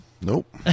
Nope